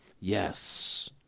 Yes